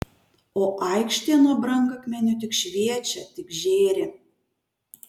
o aikštė nuo brangakmenių tik šviečia tik žėri